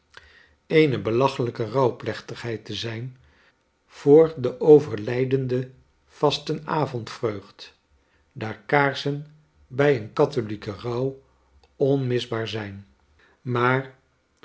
eene belachelijke rouwplechtigheid te zijn voor de overlijdende vastenavondvreugd daar kaarsen bij een katholieken rouw onmisbaar zijn maar